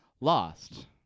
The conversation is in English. Lost